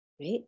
right